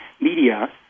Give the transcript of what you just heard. media